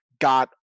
got